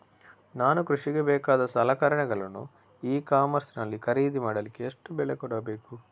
ನಾನು ಕೃಷಿಗೆ ಬೇಕಾದ ಸಲಕರಣೆಗಳನ್ನು ಇ ಕಾಮರ್ಸ್ ನಲ್ಲಿ ಖರೀದಿ ಮಾಡಲಿಕ್ಕೆ ಎಷ್ಟು ಬೆಲೆ ಕೊಡಬೇಕು?